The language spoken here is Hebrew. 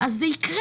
אז זה יקרה,